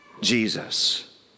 Jesus